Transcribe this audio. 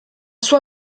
sua